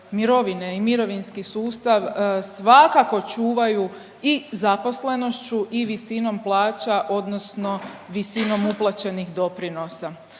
i mirovinski sustav svakako čuvaju i zaposlenošću i visinom plaća odnosno visinom uplaćenih doprinosa.